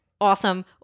awesome